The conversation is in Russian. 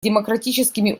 демократическими